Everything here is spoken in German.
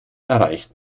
erreicht